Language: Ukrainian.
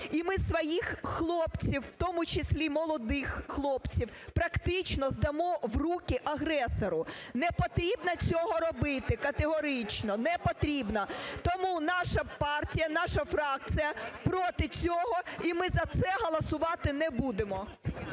і ми своїх хлопців, в тому числі молодих хлопців, практично здамо в руки агресору. Не потрібно цього робити категорично! Не потрібно. Тому наша партія, наша фракція проти цього. І ми за це голосувати не будемо.